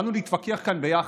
באנו להתווכח כאן ביחד.